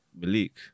Malik